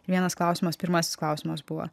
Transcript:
vienas klausimas pirmasis klausimas buvo